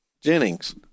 Jennings